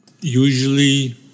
usually